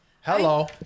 hello